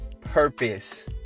purpose